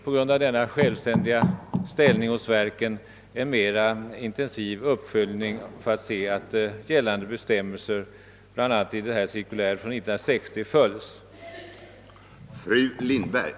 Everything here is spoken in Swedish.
På grund av denna självständiga ställning för verken behövs därför en mera intensiv uppföljning för att se till att gällande bestämmelser, bl.a. i detta cirkulär från år 1960, verkligen följs.